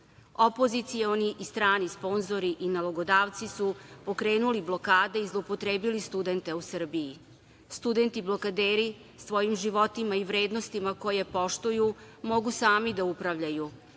Opozicioni i strani sponzori i nalogodavci su pokrenuli blokade i zloupotrebili studente u Srbiji. Studenti blokaderi svojim životima i vrednostima koje poštuju mogu sami da upravljaju,